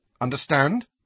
Understand